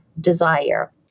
desire